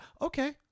Okay